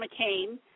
McCain